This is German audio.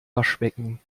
waschbecken